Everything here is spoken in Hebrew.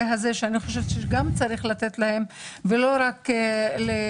הזה שגם צריך לתת להם ולא רק לבוגרים,